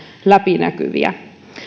läpinäkyviä